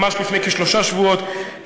ממש לפני כשלושה שבועות,